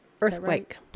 earthquake